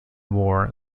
war